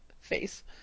face